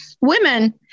Women